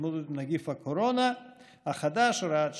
להתמודדות עם נגיף הקורונה החדש (הוראת שעה)